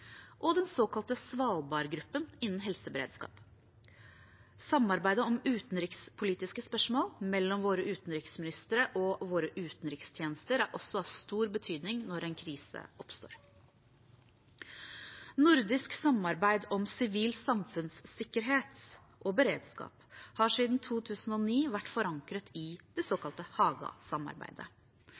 og den såkalte Svalbard-gruppen innen helseberedskap. Samarbeidet om utenrikspolitiske spørsmål mellom våre utenriksministre og våre utenrikstjenester er også av stor betydning når en krise oppstår. Nordisk samarbeid om sivil samfunnssikkerhet og beredskap har siden 2009 vært forankret i